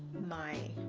my.